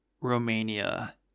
Romania